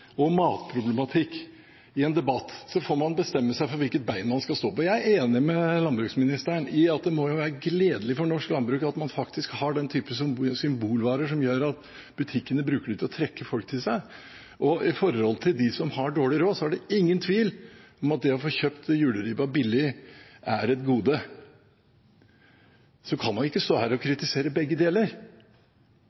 og matproblematikk i en debatt, får man bestemme seg for hvilket ben man skal stå på. Jeg er enig med landbruksministeren i at det må være gledelig for norsk landbruk at man har den typen symbolvarer som gjør at butikkene bruker dem til å trekke folk til seg. For dem som har dårlig råd, er det ingen tvil om at det å få kjøpt juleribba billig er et gode. Så man kan ikke stå her og kritisere begge deler.